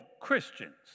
Christians